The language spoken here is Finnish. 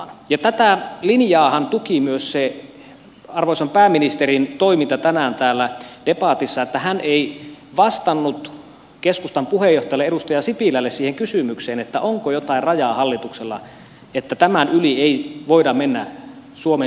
tätä linjaahan tuki myös se arvoisan pääministerin toiminta tänään täällä debatissa että hän ei vastannut keskustan puheenjohtajalle edustaja sipilälle siihen kysymykseen onko jotain rajaa hallituksella että tämän yli ei voida mennä suomen sitoumuksissa